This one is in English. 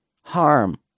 harm